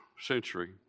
century